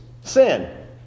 sin